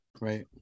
right